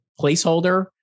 placeholder